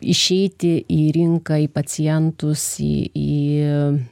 išeiti į rinką į pacientus į į į